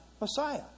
Messiah